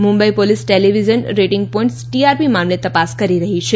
Mumbai police television rating points TRP મામલે તપાસ કરી રહી છે